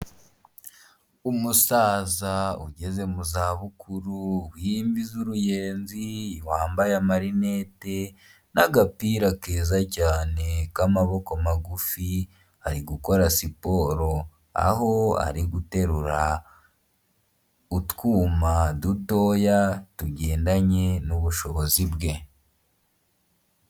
Umusaza ugeze mu za bukuru w'imvi z'uruyenzi wambaye amarinete n'agapira keza cyane k'amaboko magufi ari gukora siporo aho ari guterura utwuma dutoya tugendanye n'ubushobozi bwe.